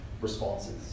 responses